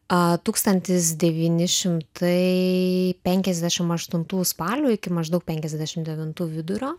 tūkstantis devyni šimtai penkiasdešimt aštuntų spalio iki maždaug penkiasdešimt devintų vidurio